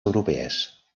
europees